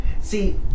See